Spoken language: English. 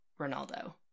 Ronaldo